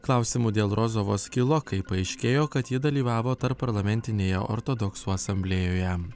klausimų dėl rozovos kilo kai paaiškėjo kad ji dalyvavo tarpparlamentinėje ortodoksų asamblėjoje